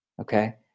okay